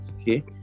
okay